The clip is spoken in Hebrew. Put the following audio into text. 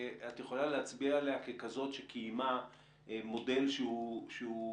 את יכולה להצביע עליה ככזאת שקיימה מודל שעבד,